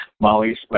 Molly's